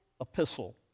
epistle